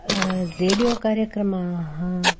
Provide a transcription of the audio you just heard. radio कार्यक्रमाः